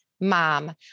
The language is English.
mom